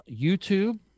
YouTube